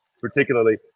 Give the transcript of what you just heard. particularly